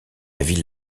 ville